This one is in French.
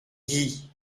guy